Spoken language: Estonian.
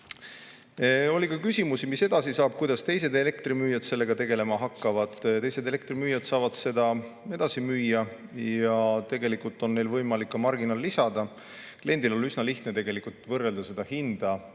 Oli ka küsimusi, mis edasi saab, kuidas teised elektrimüüjad sellega tegelema hakkavad. Teised elektrimüüjad saavad edasi müüa ja tegelikult on neil võimalik ka marginaal lisada. Kliendil on üsna lihtne võrrelda hinda